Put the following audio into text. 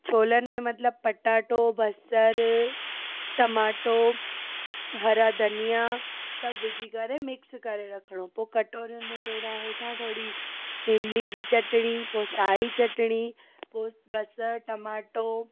छोलनि में मतिलबु पटाटो बसरि टमाटो हरा धनिया सभु विझी करे मिक्स करे रखिणो पोइ कटोरियुनि में पहिररियों हेठां थोरी इमली जी चटणी पोइ साई चटणी पोइ बसरि टमाटो